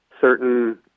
certain